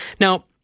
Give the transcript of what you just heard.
now